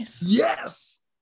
Yes